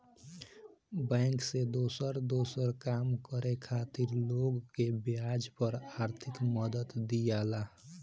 bank से दोसर दोसर काम करे खातिर लोग के ब्याज पर आर्थिक मदद दियाला